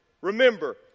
remember